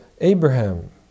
Abraham